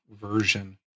version